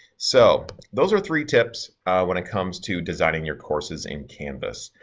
so those are three tips when it comes to designing your courses in canvas.